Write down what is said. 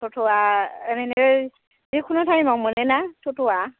थथ'वा ओरैनो जिखुनु टाइमाव मोनोना थथ'वा